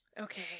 Okay